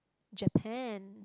Japan